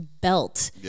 belt